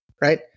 right